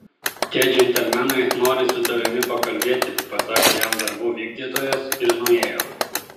tie džentelmenai nori su tavimi pakalbėti pasakė jam darbų vykdytojas ir nuėjo